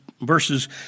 verses